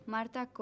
Marta